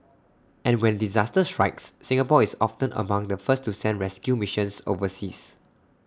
and when disaster strikes Singapore is often among the first to send rescue missions overseas